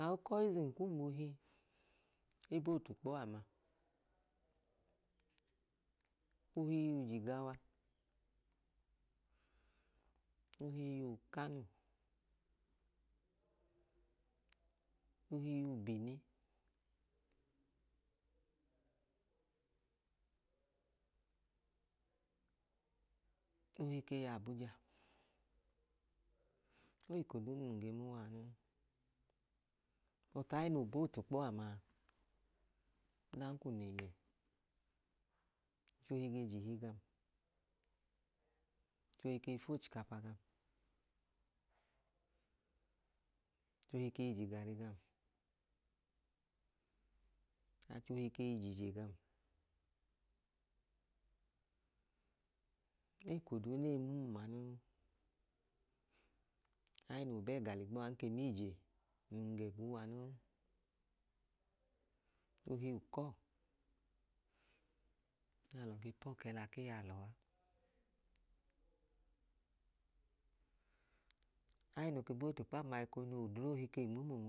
Aukọizim kum e ba otukpo ama. Ohi yọ ujigawa, ohi yọ ukanu, ohi yọ ubini, ohi ke yọ abuja. O wẹ eko duu num ge ma uwa a noo. Bọtu aẹẹ noo ba otukpo ama a, ọdanka ng le yẹ, achẹ ohi ge je ihi gam, achẹ ohi ge fu ochikapa gam, achẹ ohi ke i je igari gam. Achẹ ohi ke i je ije gam. O wẹ eko duu nẹ e i mum a noo. Aẹẹ noo ba ẹga ligbo a, ng ke ma ije num i ga ẹga uwa noo. Ohi ukọọ nẹ alọ ge po ọkẹla ku iyalọ a. Aẹẹ nook e ba otukpo ama a, ekohi odre ohi le nmo um unwu, nẹ um ma ije noo i lan,